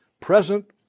present